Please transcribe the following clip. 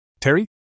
Terry